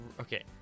Okay